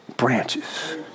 branches